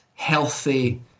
healthy